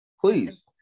Please